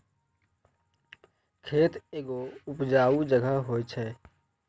खेत एगो उपजाऊ जगह होय छै